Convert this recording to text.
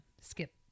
skip